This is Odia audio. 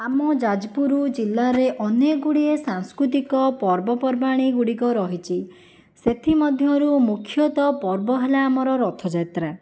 ଆମ ଯାଜପୁର ଜିଲ୍ଲାରେ ଅନେକ ଗୁଡ଼ିଏ ସାଂସ୍କୃତିକ ପର୍ବପର୍ବାଣି ଗୁଡ଼ିକ ରହିଛି ସେଥିମଧ୍ୟରୁ ମୁଖ୍ୟତଃ ପର୍ବ ହେଲା ଆମର ରଥଯାତ୍ରା